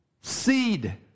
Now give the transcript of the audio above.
Seed